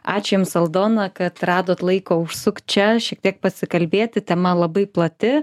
ačiū jums aldona kad radot laiko užsukt čia šiek tiek pasikalbėti tema labai plati